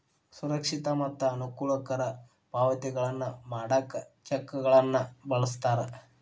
ಸುರಕ್ಷಿತ ಮತ್ತ ಅನುಕೂಲಕರ ಪಾವತಿಗಳನ್ನ ಮಾಡಾಕ ಚೆಕ್ಗಳನ್ನ ಬಳಸ್ತಾರ